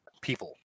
people